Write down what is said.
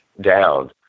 down